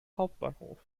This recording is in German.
hauptbahnhof